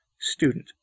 Student